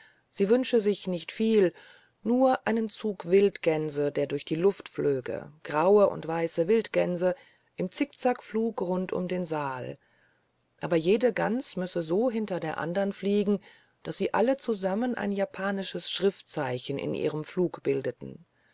sie wünsche sich nicht viel nur einen zug wildgänse die durch die luft flögen graue und weiße wildgänse im zickzackflug rund um den saal aber jede gans müsse so hinter der anderen fliegen daß sie alle zusammen ein japanisches schriftzeichen in ihrem flug bildeten